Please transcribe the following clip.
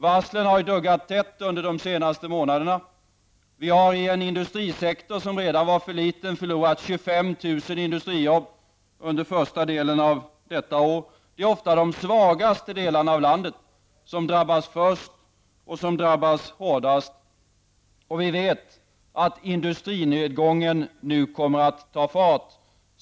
Varslen har ju duggat tätt under de senaste månaderna. Vi har i en industrisektor som redan var för liten förlorat Det är ofta de svagaste delarna av landet som drabbas först och hårdast, och vi vet att nedgången inom industrin kommer att ta fart.